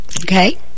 Okay